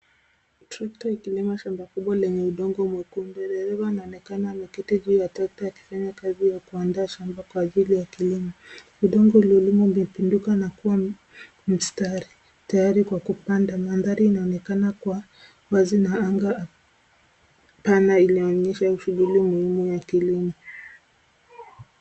Trekta ikilima shamba kubwa lenye udongo mwekundu. Dereva anaonekana ameketi juu ya trekta akifanya kazi ya kuandaa shamba kwa ajili ya kilimo. Udongo uliolimwa uliopenduka na kuwa mstari tayari kwa kupanda. Mandhari inaonekana kuwa wazi na anga pana inayoonyesha shughuli muhimu ya kilimo.